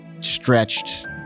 stretched